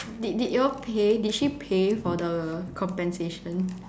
did did you all pay did she pay for the compensation